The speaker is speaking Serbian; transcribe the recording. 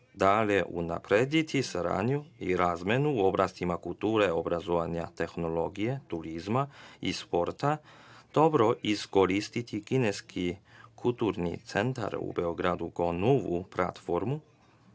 dalje unaprediti saradnju i razmenu u oblastima kulture, obrazovanja, tehnologije, turizma i sporta. Dobro iskoristiti Kineski kulturni centar u Beogradu kao novu platformu.